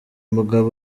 mugabo